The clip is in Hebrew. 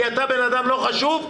כי אתה בן אדם לא חשוב,